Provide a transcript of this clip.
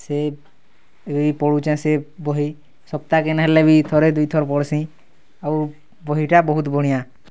ସେ ଏବେ ବି ପଢ଼ୁଚେଁ ସେ ବହି ସପ୍ତାକେ ନାହେଲେ ବି ଥରେ ଦୁଇ ଥର୍ ପଢ଼୍ସି ଆଉ ବହିଟା ବହୁତ୍ ବଢ଼ିଆଁ